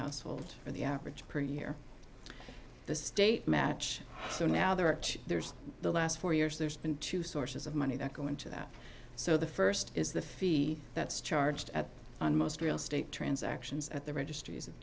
household for the average per year the state match so now there are two there's the last four years there's been two sources of money that go into that so the first is the fee that's charged at on most real estate transactions at the registries of